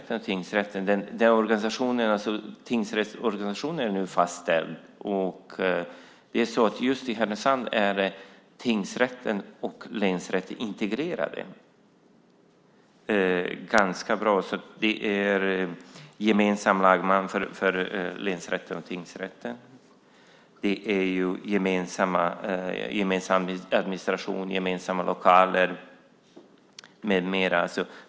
Tingsrättsorganisationen i Härnösand är nu fastställd, och där är tingsrätten och länsrätten integrerade ganska bra. Det är gemensam lagman för länsrätten och tingsrätten. Det är gemensam administration, gemensamma lokaler med mera.